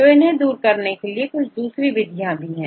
तो इन्हें दूर करने के लिए कुछ दूसरी विधियां भी है